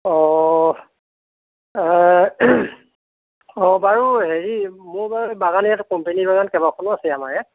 অঁ এই অঁ বাৰু হেৰি মোৰ বাৰু বাগান ইয়াত কোম্পানী বাগান কেইবাখনো আছে আমাৰ ইয়াত